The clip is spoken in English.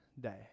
day